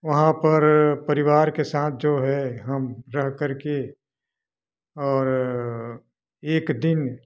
वहाँ पर परिवार के साथ जो है हम रह करके और एक दिन